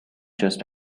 just